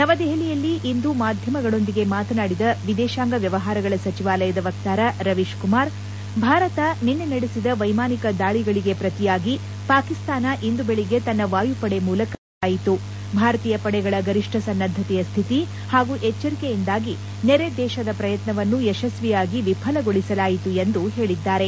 ನವದೆಹಲಿಯಲ್ಲಿಂದು ಮಾಧ್ಯಮಗಳೊಂದಿಗೆ ಮಾತನಾಡಿದ ವಿದೇಶಾಂಗ ವ್ಲವಹಾರಗಳ ಸಚಿವಾಲಯದ ವಕ್ತಾರ ರವೀಶ್ ಕುಮಾರ್ ಭಾರತ ನಿನ್ನೆ ನಡೆಸಿದ ವೈಮಾನಿಕ ದಾಳಿಗಳಿಗೆ ಪ್ರತಿಯಾಗಿ ಪಾಕಿಸ್ತಾನ ಇಂದು ಬೆಳಗ್ಗೆ ತನ್ನ ವಾಯುಪಡೆ ಮೂಲಕ ದಾಳಿಗೆ ಮುಂದಾಯಿತು ಭಾರತೀಯ ಪಡೆಗಳ ಗರಿಷ್ಟ ಸನ್ನದ್ದತೆಯ ಸ್ವಿತಿ ಹಾಗೂ ಎಚ್ಲರಿಕೆಯಿಂದಾಗಿ ನೆರೆದೇಶದ ಪ್ರಯತ್ನವನ್ನು ಯಶಸ್ವಿಯಾಗಿ ವಿಫಲಗೊಳಿಸಲಾಯಿತು ಎಂದು ಹೇಳಿದ್ದಾರೆ